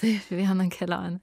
taip vieną kelionę